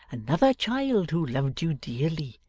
another child who loved you dearly,